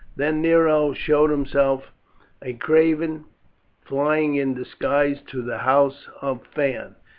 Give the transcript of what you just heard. then nero showed himself a craven, flying in disguise to the house of phaon.